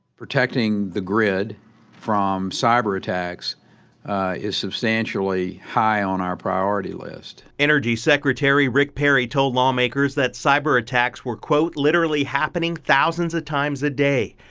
protecting the grid from cyber attacks is substantially high on our priority list. reporter energy secretary rick perry told lawmakers that cyber attacks were, quote, literally happening thousands of times a day.